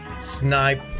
Snipe